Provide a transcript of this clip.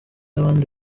abandi